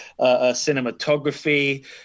cinematography